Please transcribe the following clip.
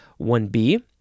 1B